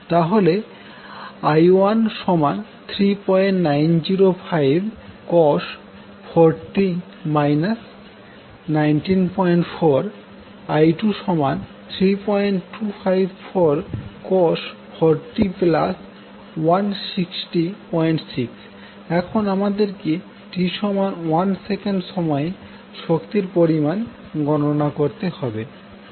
তাহলে i13905cos 4t 194 i23254cos 4t1606 এখন আমাদেরকে t1s সময়ে শক্তির পরিমাণ গণনা করতে হবে